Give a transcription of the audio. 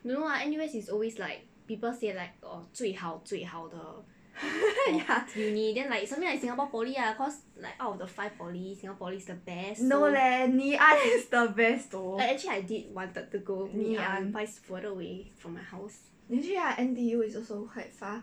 ya no leh ngee ann is the best though ngee ann actually ya N_T_U is also quite far